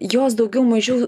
jos daugiau mažiau